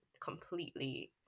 completely